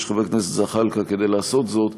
של חבר הכנסת זחאלקה כדי לעשות זאת,